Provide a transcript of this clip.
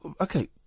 Okay